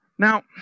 Now